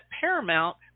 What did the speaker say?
Paramount